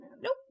Nope